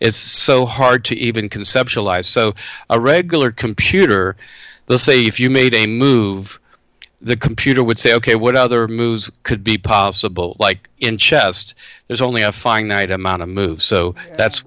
it's so hard to even conceptualize so a regular computer the safe you made a move the computer would say ok what other moves could be possible like in chest there's only a finite amount of moves so that's